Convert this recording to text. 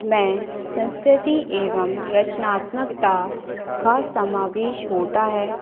में संस्कृति एवं रचनात्मक का का समावेश होता है